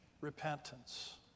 repentance